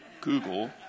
Google